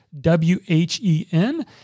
W-H-E-N